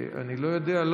אני לא יודע.